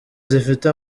zifite